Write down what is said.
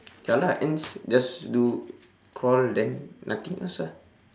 ya lah ants just do crawl then nothing else ah